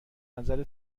نظر